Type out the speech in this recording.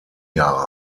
jahre